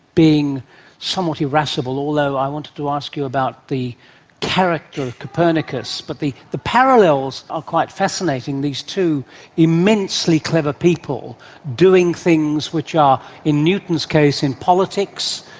being somewhat irascible, although i wanted to ask you about the character of copernicus but the the parallels are quite fascinating, these two immensely clever people doing things which are, in newton's case, in politics,